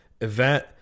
event